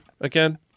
again